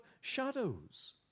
shadows